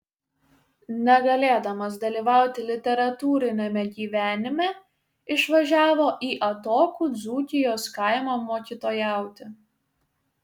negalėdamas dalyvauti literatūriniame gyvenime išvažiavo į atokų dzūkijos kaimą mokytojauti